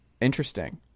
Interesting